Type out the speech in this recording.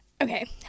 okay